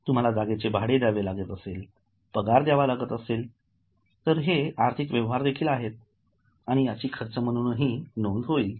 तुम्हाला जागेचे भाडे द्यावे लागत असेल पगारद्यावालागत असेलतरहेआर्थिकव्यवहार देखील आहेतआणि यांची खर्च म्हणूनही नोंद होईल